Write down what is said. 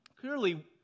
clearly